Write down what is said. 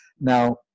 Now